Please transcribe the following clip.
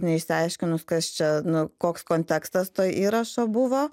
neišsiaiškinus kas čia nu koks kontekstas to įrašo buvo